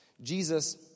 Jesus